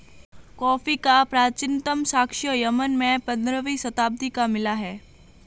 coffee का प्राचीनतम साक्ष्य यमन में पंद्रहवी शताब्दी का मिला है